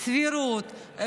סבירות,